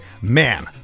man